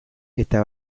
eta